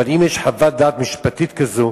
אבל אם יש חוות-דעת משפטית כזו,